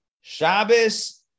Shabbos